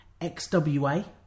XWA